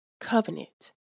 covenant